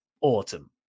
Autumn